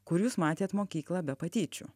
kur jūs matėt mokyklą be patyčių